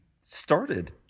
started